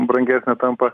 brangesnė tampa